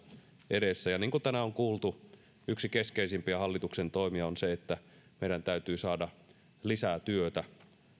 edessä niin kuin tänään on kuultu yksi keskeisimpiä hallituksen toimia on se että meidän täytyy saada lisää työtä